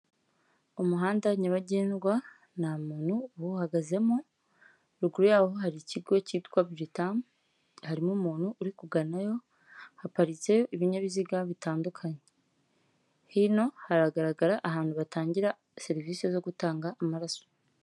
Umuhanda nyabagendwa nta muntu uhagazemo ruguru yaho hari ikigo cyitwa buritamu, harimo umuntu uri kuganayo haparitse ibinyabiziga bitandukanye, hino haragaragara ahantu batangira serivisi zo gutanga amaraso.